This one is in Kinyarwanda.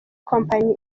kompanyi